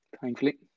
thankfully